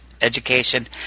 education